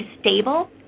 stable